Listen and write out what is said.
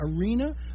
Arena